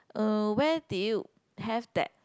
uh where did you have that